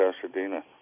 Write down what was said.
Pasadena